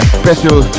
special